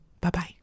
Bye-bye